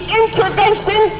intervention